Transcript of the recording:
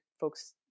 folks